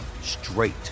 straight